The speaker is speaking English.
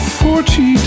forty